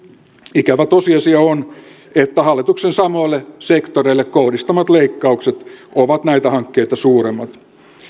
ikävä tosiasia on että hallituksen samoille sektoreille kohdistamat leikkaukset ovat näitä hankkeita suuremmat